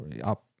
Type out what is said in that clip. up